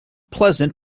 pleasant